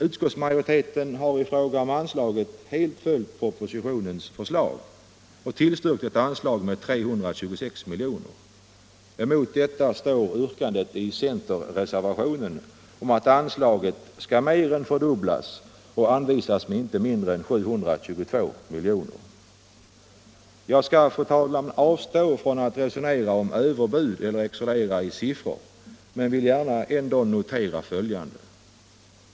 Utskottsmajoriteten har i fråga om anslaget helt följt propositionens förslag och tillstyrkt ett anslag på 326 miljoner. Mot detta står yrkandet i centerreservationen om att anslaget skall mer än fördubblas till inte mindre än 722 miljoner. Jag skall, fru talman, avstå från att resonera om överbud eller excellera i siffror, men jag vill gärna notera följande.